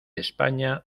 españa